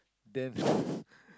then